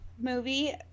movie